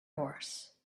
horse